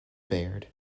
baird